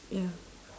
ya